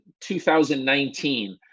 2019